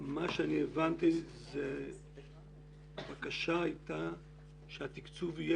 מה שאני הבנתי זה שהבקשה הייתה שהתקצוב יהיה